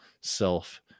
self